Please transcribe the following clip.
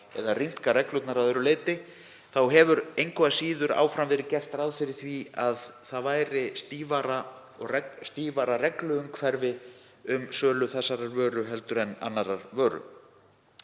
eða rýmka reglurnar að öðru leyti þá hefur engu að síður áfram verið gert ráð fyrir því að það væri stífara regluumhverfi um sölu þessarar vöru heldur en annarrar vöru.